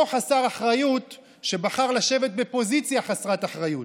אותו חסר אחריות שבחר לשבת בפוזיציה חסרת אחריות.